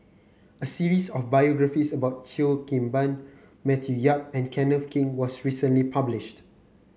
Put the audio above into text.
a series of biographies about Cheo Kim Ban Matthew Yap and Kenneth Keng was recently published